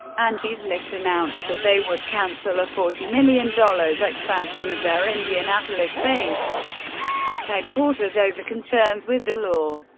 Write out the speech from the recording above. angie's list announced that they would cancel a forty million dollars expansion of their indianapolis based headquarters over concerns with the law.